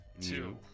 Two